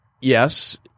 yes